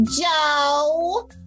Joe